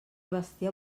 bestiar